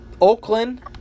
Oakland